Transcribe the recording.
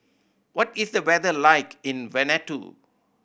what is the weather like in Vanuatu